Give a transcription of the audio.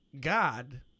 God